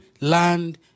land